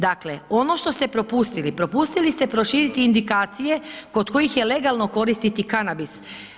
Dakle, ono što ste propustili, propustili ste proširiti indikacije kod kojih je legalno koristiti kanabis.